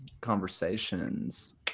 conversations